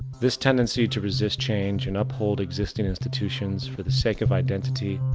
this tendency to resist change and uphold existing institutions for the sake of identity,